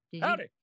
Howdy